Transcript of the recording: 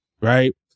right